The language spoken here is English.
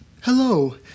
Hello